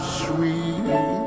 sweet